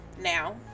Now